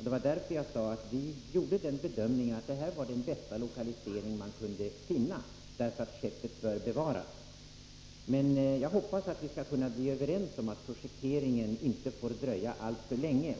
Det var därför jag sade att vi gjorde bedömningen att det här var den bästa lokalisering man kunde finna. Men jag hoppas att vi skall kunna bli överens om att projekteringen inte får dröja alltför länge.